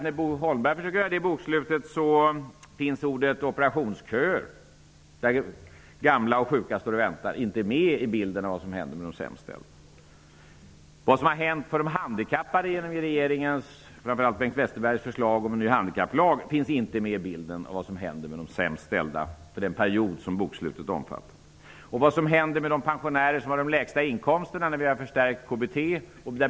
När Bo Holmberg försöker göra detta bokslut finns ordet operationsköer -- där gamla och sjuka väntar -- inte med i bilden av vad som har hänt med de sämst ställda. Det som har hänt med de handikappade genom regeringens och framför allt Bengt Westerbergs förslag om en ny handikapplag finns inte med i bilden av vad som har hänt med de sämst ställda under den period som bokslutet omfattar. Vad har hänt med de pensionärer som har de lägsta inkomsterna när vi har förstärkt KBT?